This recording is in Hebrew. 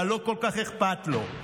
אבל לא כל כך אכפת לו: